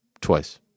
Twice